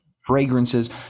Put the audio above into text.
fragrances